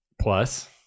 plus